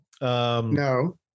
No